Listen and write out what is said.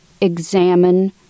examine